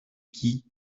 qui